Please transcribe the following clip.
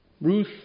Ruth